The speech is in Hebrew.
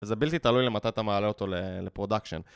וזה בלתי תלוי למתי אתה מעלה אותו לפרודקשן.